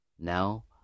Now